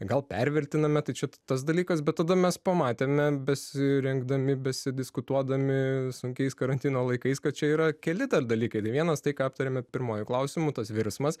gal pervertiname tai čia tas dalykas bet tada mes pamatėme besirengdami besidiskutuodami sunkiais karantino laikais kad čia yra keli dalykai tai vienas tai ką aptarėme pirmuoju klausimu tas virsmas